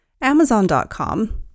amazon.com